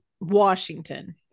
Washington